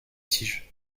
tiges